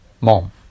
mom